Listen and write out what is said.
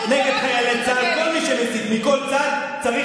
לא צריך